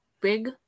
big